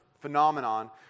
phenomenon